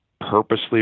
purposely